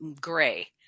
gray